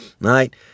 right